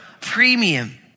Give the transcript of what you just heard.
premium